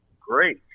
great